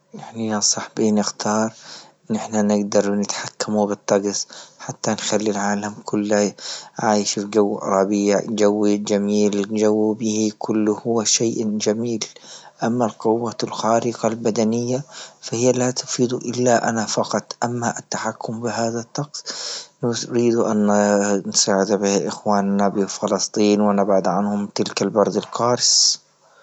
يعني يا صاحبي نختار نحنا نقدر نتحكم بطقس حتى نخلي العالم كله عايش الجو ربيع جوي جميل الجو بيهي كله شيء جميل، أما القوة الخارقة البدنية فهي لا تفيد إلا أنا فقط أما التحكم بهذا الطقس نريد أن نساعد به إخواننا بفلسطين ونبعد عنهم تلك البرد القارص.